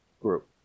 group